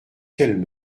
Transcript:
qu’elle